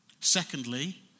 Secondly